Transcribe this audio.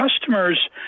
customers